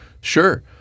Sure